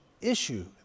issue